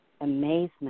amazement